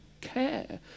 care